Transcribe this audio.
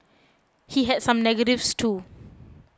he had some negatives too